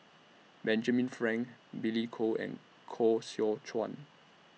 Benjamin Frank Billy Koh and Koh Seow Chuan